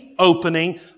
opening